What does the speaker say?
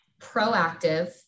proactive